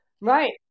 Right